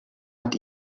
hat